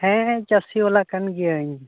ᱦᱮᱸ ᱪᱟᱹᱥᱤᱼᱚᱣᱟᱞᱟ ᱠᱟᱱ ᱜᱤᱭᱟᱹᱧ